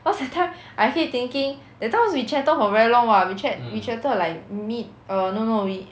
cause that time I keep thinking that time also we chatted for very long what we chat we chatted like mid err no no we